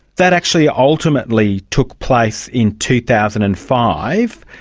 that actually ultimately took place in two thousand and five.